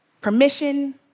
Permission